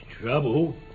trouble